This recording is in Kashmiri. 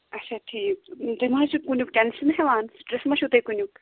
اَچھا ٹھیٖک تُہۍ ما حظ چھُ کُنیُک ٹٮ۪نٛش ہٮ۪وان سِٹرٛس ما چھُو تۅہہِ کُنیُک